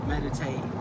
meditate